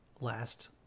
last